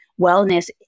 wellness